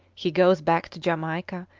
he goes back to jamaica,